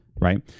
right